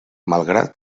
malgrat